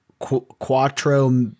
quattro